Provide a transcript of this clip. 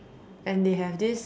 and they have this